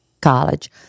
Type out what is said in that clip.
college